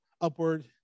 upward